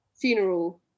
funeral